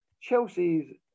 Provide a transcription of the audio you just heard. Chelsea's